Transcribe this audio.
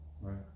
Right